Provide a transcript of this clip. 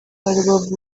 rubavu